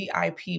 VIP